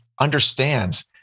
understands